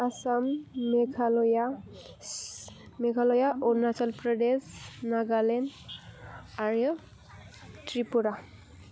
आसाम मेघालया मेघालया अरुणाचल प्रदेश नागालेण्ड आरो त्रिपुरा